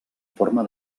forma